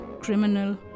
criminal